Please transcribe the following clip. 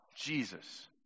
Jesus